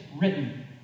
written